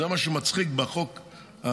וזה מה שהיה מצחיק בחוק הקודם,